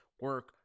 Work